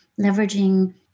leveraging